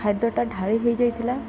ଖାଦ୍ୟଟା ଢାଳି ହେଇଯାଇଥିଲା